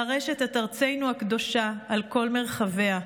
לרשת את ארצנו הקדושה על כל מרחביה,